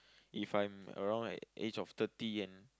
if I'm around at age of thirty and